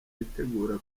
yitegura